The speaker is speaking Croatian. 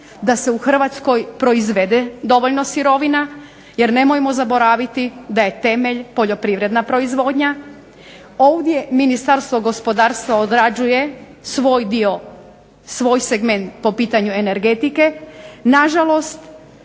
da se u Hrvatskoj proizvede dovoljno sirovina, jer nemojmo zaboraviti da je temelj poljoprivredna proizvodnja. Ovdje Ministarstvo gospodarstva odrađuje svoj segment po pitanju energetike, nažalost